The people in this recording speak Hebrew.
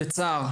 בצער,